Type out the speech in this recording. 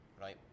right